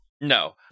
No